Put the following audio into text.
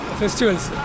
festivals